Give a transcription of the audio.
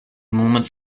moments